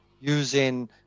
using